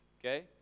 Okay